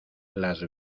las